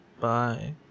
Bye